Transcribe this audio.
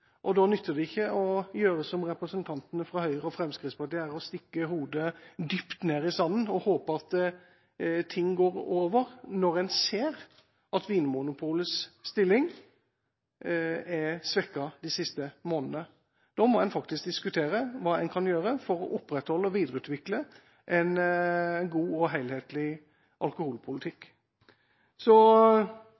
Da nytter det ikke å gjøre som representantene fra Høyre og Fremskrittspartiet: stikke hodet dypt ned i sanden og håpe at ting går over, når en ser at Vinmonopolets stilling er svekket de siste månedene. Da må en faktisk diskutere hva en kan gjøre for å opprettholde og videreutvikle en god og helhetlig alkoholpolitikk.